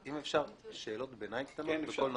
אם אפשר שאלות ביניים קטנות בכל נושא.